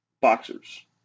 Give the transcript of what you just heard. boxers